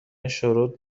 شروط